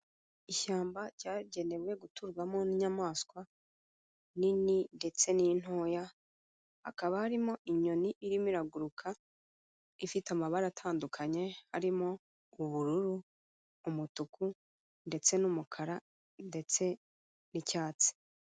Ishyamba ryagenewe guturwamo n'inyamaswa nini ndetse n'intoya, hakaba harimo inyoni irimo iraguruka ifite amabara atandukanye arimo ubururu umutuku ndetse n'umukara ndetse n'icyatsi.